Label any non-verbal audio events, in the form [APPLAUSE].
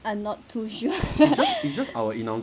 I'm not too sure [LAUGHS]